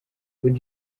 would